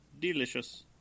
delicious